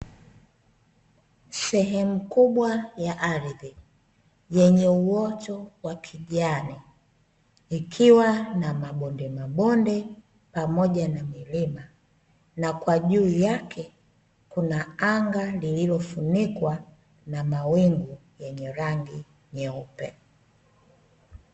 Sehemu kubwa ya ardhi, yenye uoto wa kijani, ikiwa na mabonde mabonde pamoja na milima, na kwa juu yake kuna anga lililofunikwa na mawingu yenye rangi nyeupe.